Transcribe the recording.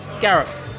Gareth